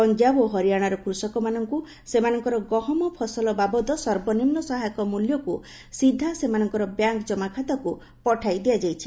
ପଞ୍ଜାବ ଓ ହରିୟାନାର କୃଷକମାନଙ୍କୁ ସେମାନଙ୍କର ଗହମ ଫସଲ ବାବଦ ସର୍ବନିମ୍ନ ସହାୟକ ମୂଲ୍ୟକୁ ସିଧା ସେମାନଙ୍କର ବ୍ୟାଙ୍କ ଜମା ଖାତାକୁ ପଠାଇ ଦିଆଯାଇଛି